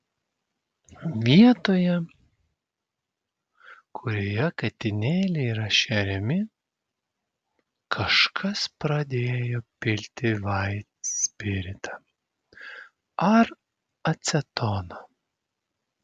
vietoje kurioje katinėliai yra šeriami kažkas pradėjo pilti vaitspiritą ar acetoną